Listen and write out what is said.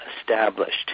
established